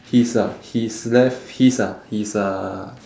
his ah his left his ah his uh